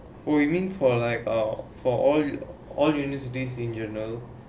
oh you mean for like uh for all all universities in journal